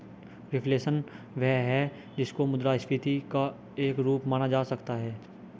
reflation वह है जिसको मुद्रास्फीति का एक रूप माना जा सकता है